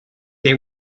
they